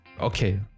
okay